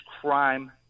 crime